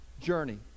journey